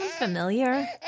familiar